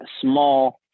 small